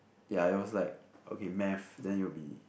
ya it was like okay math then it will be